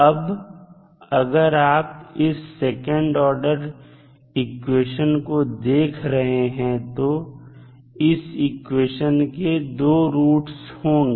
अब अगर आप इस सेकंड ऑर्डर इक्वेशन को देख रहे हैं तो इस इक्वेशन के दो रूट होंगे